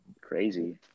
crazy